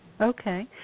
okay